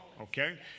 Okay